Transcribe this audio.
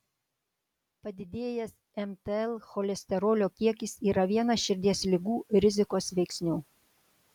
padidėjęs mtl cholesterolio kiekis yra vienas širdies ligų rizikos veiksnių